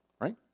right